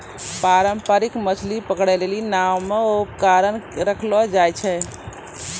पारंपरिक मछली पकड़ै लेली नांव मे उपकरण रखलो जाय छै